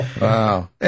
Wow